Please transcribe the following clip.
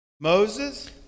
Moses